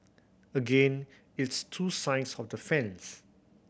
again it's two sides of the fence